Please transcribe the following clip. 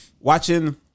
Watching